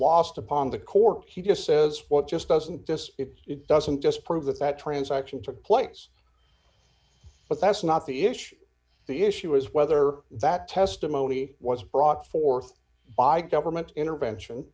lost upon the court he just says d d what just doesn't just if it doesn't just prove that that transaction took place but that's not the issue the issue is whether that testimony was brought forth by government intervention